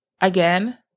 Again